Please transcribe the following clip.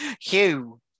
Hugh